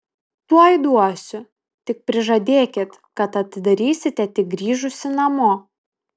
tuoj duosiu tik prižadėkit kad atidarysite tik grįžusi namo